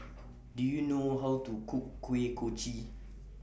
Do YOU know How to Cook Kuih Kochi